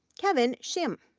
kevin shim,